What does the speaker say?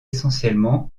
essentiellement